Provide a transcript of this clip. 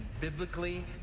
biblically